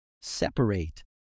separate